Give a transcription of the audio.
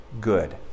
good